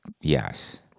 Yes